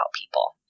people